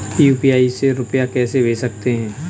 UPI से रुपया कैसे भेज सकते हैं?